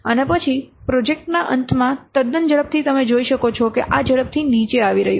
અને પછી પ્રોજેક્ટના અંતમાં તદ્દન ઝડપથી તમે જોઈ શકો છો કે આ ઝડપથી નીચે આવી રહ્યું છે